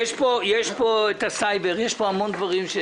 יש פה סייבר, יש פה המון דברים.